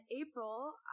April